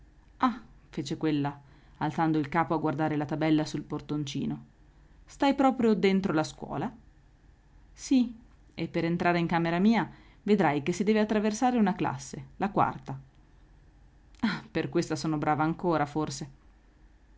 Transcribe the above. entrare ah fece quella alzando il capo a guardare la tabella sul portoncino stai proprio dentro la scuola sì e per entrare in camera mia vedrai che si deve attraversare una classe la h per questa son brava ancora forse